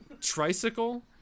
Tricycle